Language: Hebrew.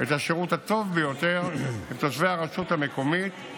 את השירות הטוב ביותר לתושבי הרשות המקומית,